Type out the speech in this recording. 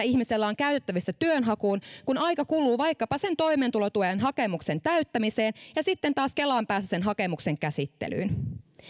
ihmisellä on käytettävissä työnhakuun kun aika kuluu vaikkapa sen toimeentulotukihakemuksen täyttämiseen ja sitten taas kelan päässä sen hakemuksen käsittelyyn